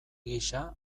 gisa